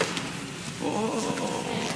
יו"ר